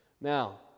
Now